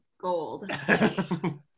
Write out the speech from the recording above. gold